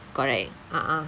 correct a'ah